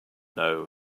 know